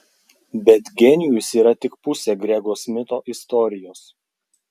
bet genijus yra tik pusė grego smitho istorijos